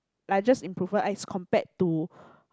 largest improvement as compared to